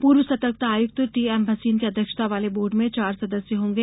पूर्व सर्तकता आयुक्त टी एम भसीन की अध्यक्षता वाले बोर्ड में चार सदस्य होंगे